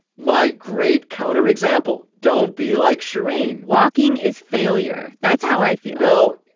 my great counterexample. don't be like shereen walking is failure. that's how i feel no.